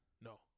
No